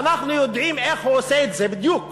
ואנחנו יודעים איך הוא עושה את זה בדיוק.